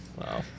Wow